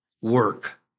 work